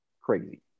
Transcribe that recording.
crazy